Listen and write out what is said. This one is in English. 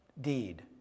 deed